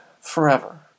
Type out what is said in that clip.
forever